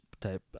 type